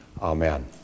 Amen